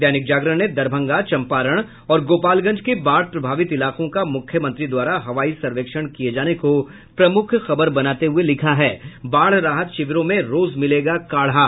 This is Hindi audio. दैनिक जागरण ने दरभंगा चम्पारण और गोपालगंज के बाढ़ प्रभावित इलाकों का मुख्यमंत्री द्वारा हवाई सर्वेक्षण किये जाने को प्रमुख खबर बनाते हुये लिखा है बाढ़ राहत शिविरों में रोज मिलेगा काढ़ा